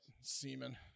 semen